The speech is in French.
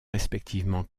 respectivement